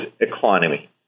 economy